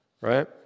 right